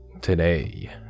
Today